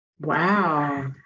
Wow